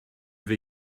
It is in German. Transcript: wir